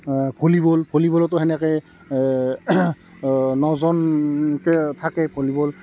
volleyball ভলীবলতো সেনেকৈ নজনকৈ থাকে ভলীবল